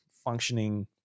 Functioning